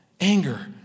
Anger